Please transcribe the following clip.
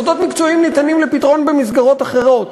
עניין הסודות המקצועיים ניתן לפתרון במסגרות אחרות.